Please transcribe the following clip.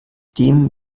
dem